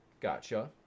Gotcha